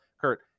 kurt